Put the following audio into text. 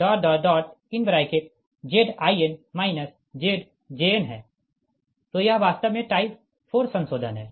तो यह वास्तव में टाइप 4 संशोधन है